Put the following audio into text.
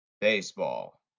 baseball